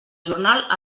jornal